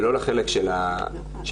ולא לחלק של האבחון.